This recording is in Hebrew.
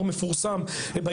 מה זה הדבר הזה?